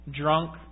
drunk